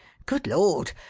good lord!